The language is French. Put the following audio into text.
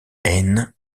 haine